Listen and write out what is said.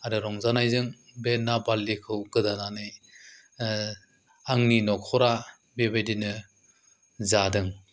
आरो रंजानायजों बे ना बारलिखौ गोदानानै आंनि नखरा बेबादिनो जादों